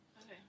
Okay